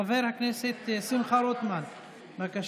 חבר הכנסת שמחה רוטמן, בבקשה.